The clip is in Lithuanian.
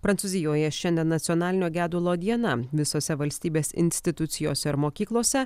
prancūzijoje šiandien nacionalinio gedulo diena visose valstybės institucijose ar mokyklose